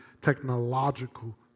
technological